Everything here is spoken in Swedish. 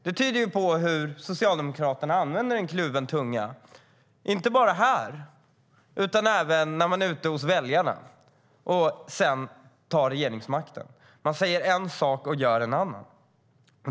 Detta visar på hur Socialdemokraterna talar med kluven tunga, inte bara här utan även när man är ute hos väljarna. Man säger en sak, men när man får regeringsmakten gör man en annan.